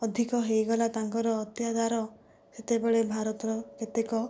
ଅଧିକ ହୋଇଗଲା ତାଙ୍କର ଅତ୍ୟାଚାର ସେତେବେଳେ ଭାରତର କେତେକ